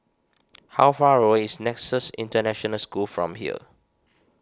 how far away is Nexus International School from here